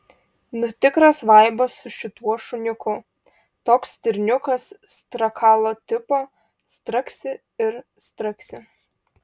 nu tikras vaibas su šituo šuniuku toks stirniukas strakalo tipo straksi ir straksi